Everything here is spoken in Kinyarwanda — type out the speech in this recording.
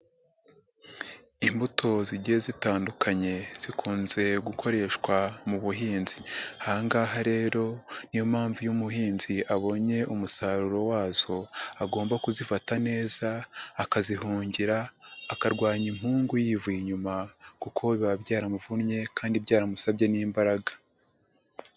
Imbuto zigiye zitandukanye, zikunze gukoreshwa mu buhinzi. Aha ngaha rero, niyo mpamvu iyo umuhinzi abonye umusaruro wazo, agomba kuzifata neza, akazihungira, akarwanya impungu yivuye inyuma kuko biba byaramuvunnye kandi byaramusabye n'imbaraga.